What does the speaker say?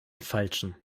falschen